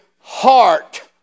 heart